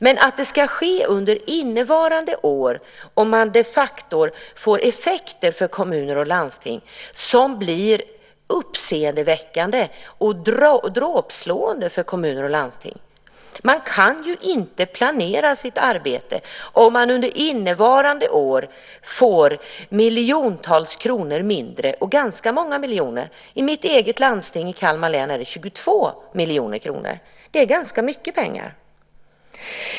Men att det ska ske under innevarande år och de facto får effekter för kommuner och landsting blir uppseendeväckande dråpslag för kommuner och landsting. Man kan ju inte planera sitt arbete om man under innevarande år får miljontals kronor mindre, och ganska många miljoner. I mitt eget landsting i Kalmar län är det 22 miljoner kronor. Det är ganska mycket pengar.